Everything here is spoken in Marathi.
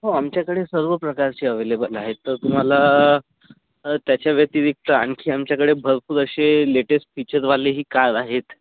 हो आमच्याकडे सर्व प्रकारची अव्हेलेबल आहेत तर तुम्हाला त्याच्याव्यतिरिक्त आणखी आमच्याकडे भरपूर असे लेटेस्ट फीचरवालेही कार आहेत